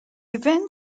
event